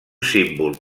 símbol